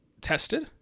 tested